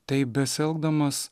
taip besielgdamas